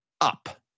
Up